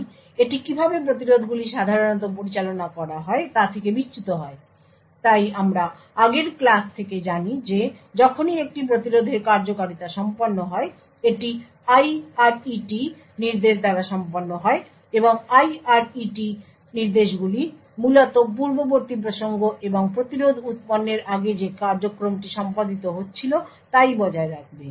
তাই এটি কীভাবে প্রতিরোধগুলি সাধারণত পরিচালনা করা হয় তা থেকে বিচ্যুত হয়তাই আমরা আগের ক্লাস থেকে জানি যে যখনই একটি প্রতিরোধের কার্যকারিতা সম্পন্ন হয় এটি IRET নির্দেশ দ্বারা সম্পন্ন হয় এবং IRET নির্দেশগুলি মূলত পূর্ববর্তী প্রসঙ্গ এবং প্রতিরোধ উৎপন্নের আগে যে কার্যক্রমটি সম্পাদিত হচ্ছিল তাই বজায় রাখবে